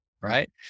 Right